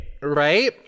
Right